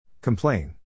Complain